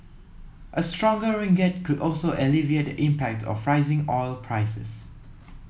a stronger ringgit could also alleviate the impact of rising oil prices